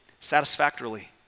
satisfactorily